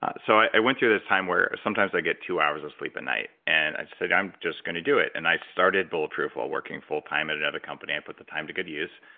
ah so i went to this time where sometimes i get two hours of sleep at night, and i just said, i'm just going to do it. and i started bulletproof while working full-time at another company. i put the time to good use,